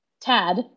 tad